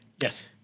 yes